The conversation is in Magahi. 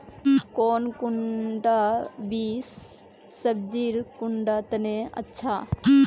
कौन कुंडा बीस सब्जिर कुंडा तने अच्छा?